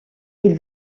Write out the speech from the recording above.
ils